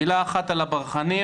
מילה אחת על הברחנים,